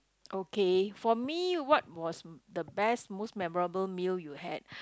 okay for me what was the best most memorable meal you had